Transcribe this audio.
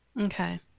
Okay